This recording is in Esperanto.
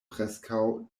preskaŭ